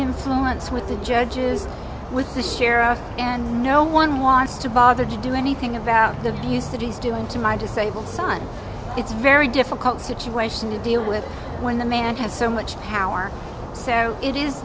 influence with the judges with the sheriff and no one wants to bother to do anything about the abuse that he's doing to my disabled son it's very difficult situation to deal with when the man has so much power so it is